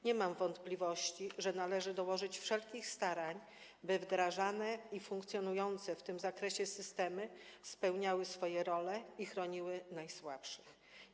Nie mam wątpliwości, że należy dołożyć wszelkich starań, by wdrażane i funkcjonujące w tym zakresie systemy spełniały swoje role i chroniły najsłabszych.